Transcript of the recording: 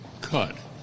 cut